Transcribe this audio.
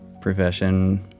profession